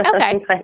Okay